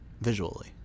Visually